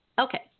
Okay